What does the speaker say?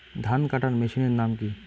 ধান কাটার মেশিনের নাম কি?